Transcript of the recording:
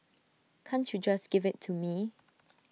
can't you just give IT to me